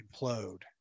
implode